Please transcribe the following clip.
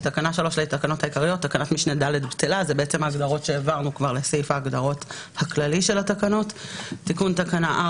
בניגוד לאמור באותה תקנה,